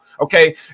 Okay